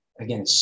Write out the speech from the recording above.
Again